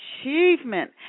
achievement